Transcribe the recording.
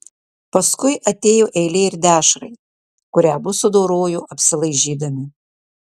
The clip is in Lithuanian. paskui atėjo eilė ir dešrai kurią abu sudorojo apsilaižydami